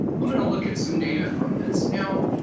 i'm going to look at some data from this. now,